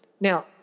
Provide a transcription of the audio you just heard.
Now